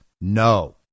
No